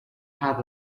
have